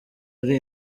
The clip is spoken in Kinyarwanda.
ari